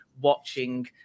watching